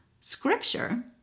Scripture